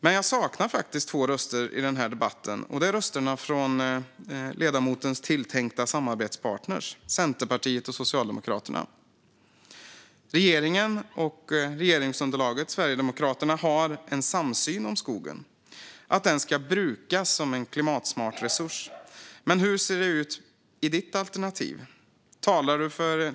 Men jag saknar faktiskt två röster i den här debatten, och det är rösterna från ledamotens tilltänkta samarbetspartner Centerpartiet och Socialdemokraterna. Regeringen och regeringsunderlaget inklusive Sverigedemokraterna har en samsyn om skogen: Den ska brukas som en klimatsmart resurs. Men hur ser det ut i ditt alternativ, Rebecka Le Moine?